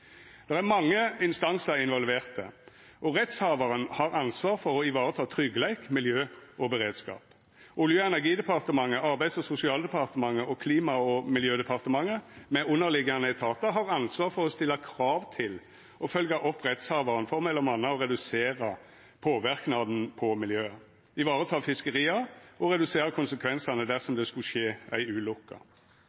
er mange instansar involverte, og rettshavaren har ansvar for å vareta tryggleik, miljø og beredskap. Olje- og energidepartementet, Arbeids- og sosialdepartementet og Klima- og miljødepartementet med underliggjande etatar har ansvar for å stilla krav til og følgja opp rettshavaren for m.a. å redusera påverknaden på miljøet, vareta fiskeria og redusera konsekvensane dersom